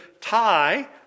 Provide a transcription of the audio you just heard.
tie